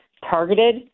targeted